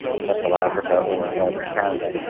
central africa or northern canada.